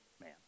man